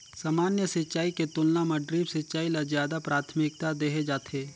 सामान्य सिंचाई के तुलना म ड्रिप सिंचाई ल ज्यादा प्राथमिकता देहे जाथे